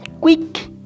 quick